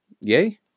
yay